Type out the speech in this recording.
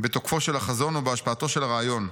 בתוקפו של החזון ובהשפעתו של הרעיון.